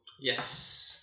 Yes